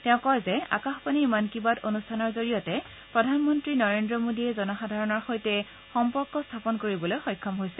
তেওঁ কয় যে আকাশবাণীৰ মন কী বাট অনুষ্ঠানৰ জৰিয়তে প্ৰধানমন্ত্ৰী নৰেন্দ্ৰ মোডীয়ে জনসাধাৰণৰ সৈতে সম্পৰ্ক স্থাপন কৰিবলৈ সফল হৈছে